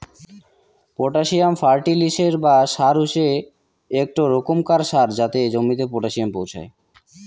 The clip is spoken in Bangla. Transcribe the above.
পটাসিয়াম ফার্টিলিসের বা সার হসে একটো রোকমকার সার যাতে জমিতে পটাসিয়াম পোঁছাই